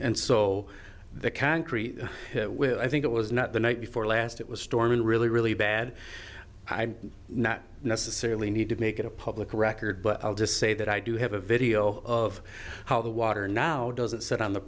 and so the concrete will i think it was not the night before last it was storming really really bad i'm not necessarily need to make it a public record but i'll just say that i do have a video of how the water now doesn't sit on the